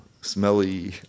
smelly